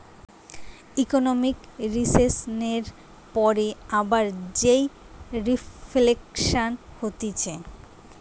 economic রিসেসনের পরে আবার যেই রিফ্লেকশান হতিছে